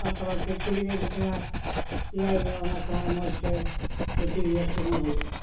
ᱯᱨᱟᱠᱨᱤᱛᱤᱠ ᱨᱮᱭᱟᱜ ᱡᱚᱛᱚᱱᱟᱜ ᱮᱭᱟᱭ ᱚᱱᱟ ᱠᱚᱦᱚᱸ ᱢᱚᱡᱽ ᱛᱮ ᱠᱷᱮᱛᱤ ᱦᱚᱸ ᱦᱩᱭᱩᱜᱼᱟ